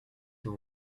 vous